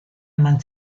eman